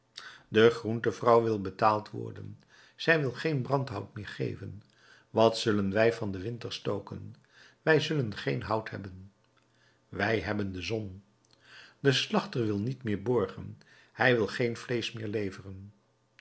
de groentevrouw wil betaald worden zij wil geen brandhout meer geven wat zullen wij van den winter stoken wij zullen geen hout hebben wij hebben de zon de slachter wil niet meer borgen hij wil geen vleesch meer leveren